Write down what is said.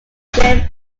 grape